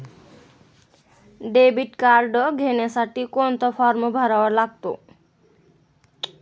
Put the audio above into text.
Debit card घेण्यासाठी कोणता form भरावा लागतो?